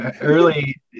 early